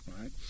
right